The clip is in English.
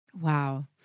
Wow